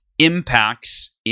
impacts